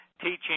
teaching